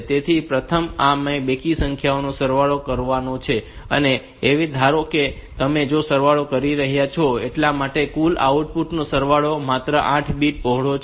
તેથી પ્રોગ્રામ માં આ બેકી સંખ્યાઓનો સરવાળો કરવાનો છે અને એવી ધારણા છે કે તમે જે સરવાળો કરી શકો છો એટલા માટે કુલ આઉટપુટ સરવાળો માત્ર 8 બીટ પહોળો છે